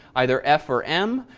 either f or m.